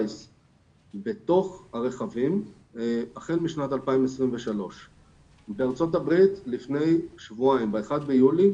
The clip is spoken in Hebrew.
בתוך הרכבים החל משנת 2023. בארצות הברית ב-1 ביולי